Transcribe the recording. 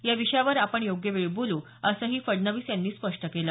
या विषयावर आपण योग्य वेळी बोलू असंही फडणवीस यांनी स्पष्ट केलं